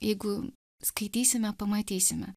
jeigu skaitysime pamatysime